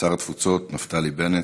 שר התפוצות נפתלי בנט,